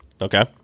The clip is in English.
Okay